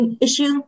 issue